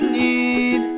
need